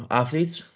athletes